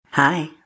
Hi